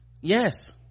yes